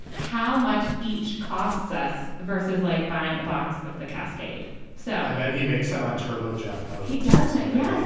how much each costs us versus like buying a box of the cascade so i bet he makes them on turbo. jeff, mo, he doesn't. yeah.